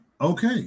okay